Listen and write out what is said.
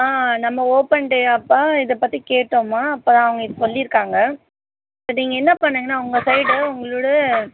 ஆ நம்ம open day அப்போ இதை பற்றி கேட்டோமா அப்போ அவங்க இது சொல்லியிருக்காங்க பட் நீங்கள் என்ன பண்ணுங்கனால் உங்க சைடு உங்களோடய